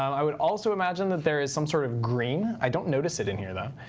i would also imagine that there is some sort of green. i don't notice it in here though.